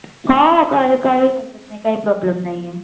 हां काही काही हरकत नाही काही प्रॉब्लेम नाही आहे